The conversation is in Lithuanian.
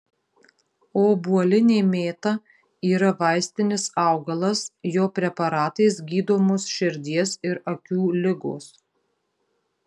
obuolinė mėta yra vaistinis augalas jo preparatais gydomos širdies ir akių ligos